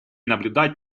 наблюдать